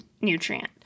nutrient